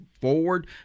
forward